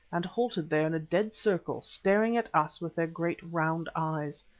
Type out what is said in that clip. and halted there in a dead circle, staring at us with their great round eyes.